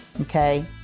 okay